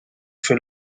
fait